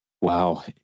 Wow